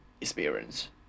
experience